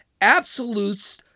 Absolutes